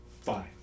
fine